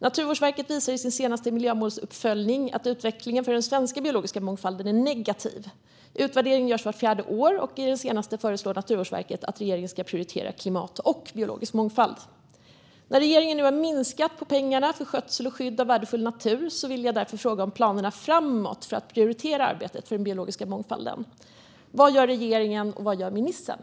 Naturvårdsverket visar i sin senaste miljömålsuppföljning att utvecklingen för den svenska biologiska mångfalden är negativ. Utvärdering görs vart fjärde år. I den senaste föreslår Naturvårdsverket att regeringen ska prioritera klimat och biologisk mångfald. När regeringen nu har minskat på pengarna för skötsel och skydd av värdefull natur vill jag därför fråga om planerna framåt för att prioritera arbetet för den biologiska mångfalden. Vad gör regeringen, och vad gör ministern?